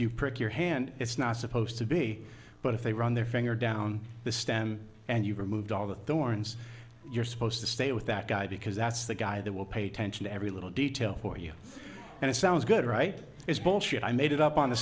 you prick your hand it's not supposed to be but if they were on their finger down the stem and you removed all the thorns you're supposed to stay with that guy because that's the guy that will pay attention to every little detail for you and it sounds good right it's bullshit i made it up on the